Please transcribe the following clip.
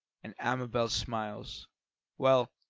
and amabel's smiles well,